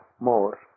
more